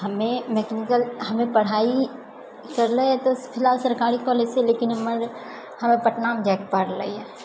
हमे मैकेनिकल हमे पढ़ाइ करले है तऽ फिलहाल सरकारी कॉलेजसँ लेकिन हमर हमे पटनामे जाइके पढ़ले हियै